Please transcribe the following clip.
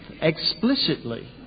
explicitly